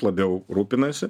labiau rūpinasi